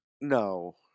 No